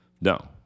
no